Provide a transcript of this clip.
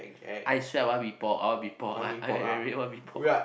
I swear I want mee pok I want mee pok I I really want mee pok